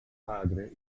padre